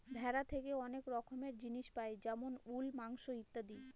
ভেড়া থেকে অনেক রকমের জিনিস পাই যেমন উল, মাংস ইত্যাদি